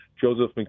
Joseph